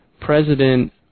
President